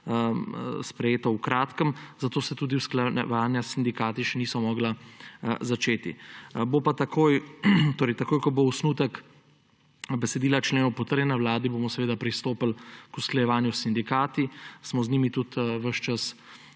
sprejeto v kratkem, zato se tudi usklajevanja s sindikati še niso mogla začeti. Takoj ko bo osnutek besedila členov potrjen na Vladi, bomo seveda pristopili k usklajevanju s sindikati, smo z njimi tudi ves